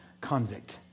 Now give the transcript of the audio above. convict